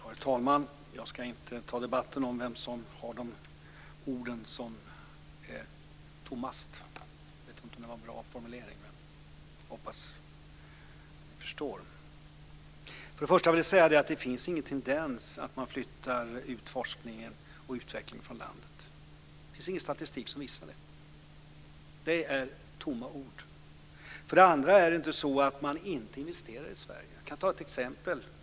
Herr talman! Jag ska inte ta debatten om vems ord som är tommast. För det första vill jag säga att det inte finns någon tendens till att man flyttar ut forskning och utveckling från landet. Det finns ingen statistik som visar det. Det är tomma ord. För det andra är det inte så att man inte investerar i Sverige. Jag kan ta några exempel.